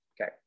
okay